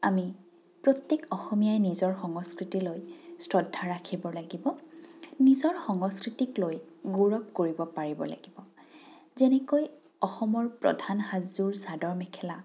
আমি প্ৰত্যেক অসমীয়াই নিজৰ সংস্কৃতিলৈ শ্ৰদ্ধা ৰাখিব লাগিব নিজৰ সংস্কৃতিক লৈ গৌৰৱ কৰিব পাৰিব লাগিব যেনেকৈ অসমৰ প্ৰধান সাজযোৰ চাদৰ মেখেলা